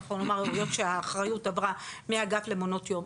אנחנו יודעים שהאחריות מהאגף למעונות יום,